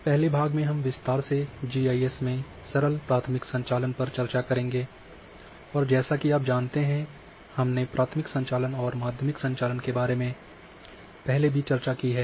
पहले भाग में हम विस्तार से जीआईएस में सरल प्राथमिक संचालन पर चर्चा करेंगे और जैसा की आप जानते हमने प्राथमिक संचालन और माध्यमिक संचालन के बारे में पहले भी चर्चा की है